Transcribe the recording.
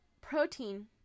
protein